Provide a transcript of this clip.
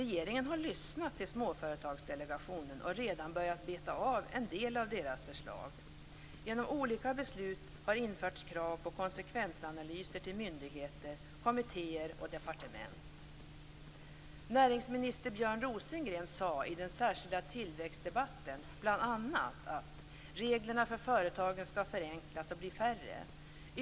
Regeringen har lyssnat till Småföretagsdelegationen och har redan börjat beta av en del av deras förslag. Genom olika beslut har det införts krav på konsekvensanalyser på myndigheter, kommittéer och departement. I den särskilda tillväxtdebatten sade näringsminister Björn Rosengren bl.a.: "Reglerna för företagen skall förenklas och bli färre.